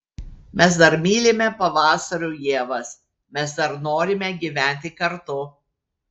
mes dar mylime pavasarių ievas mes dar norime gyventi kartu